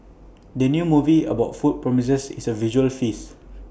the new movie about food promises is A visual feast